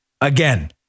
Again